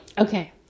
Okay